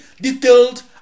detailed